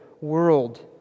world